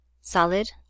solid